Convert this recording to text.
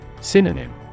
Synonym